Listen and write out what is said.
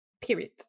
Period